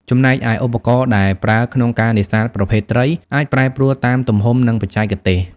ចំណែកឯ ឧបករណ៍ដែលប្រើក្នុងការនេសាទប្រភេទនេះ អាចប្រែប្រួលតាមទំហំ និងបច្ចេកទេស។